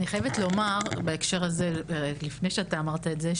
אני חייבת לומר בהקשר הזה לפני שאתה אמרת את זה,